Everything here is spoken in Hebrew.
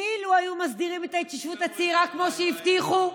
אילו היו מסדירים את ההתיישבות הצעירה כמו שהבטיחו,